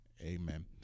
amen